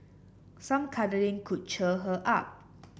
some cuddling could cheer her up